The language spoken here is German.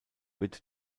wird